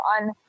on